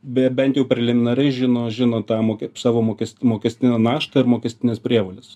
be bent jau preliminariai žino žino tą mokė kaip savo mokestį mokestinę naštą ir mokestines prievoles